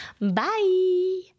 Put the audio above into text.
Bye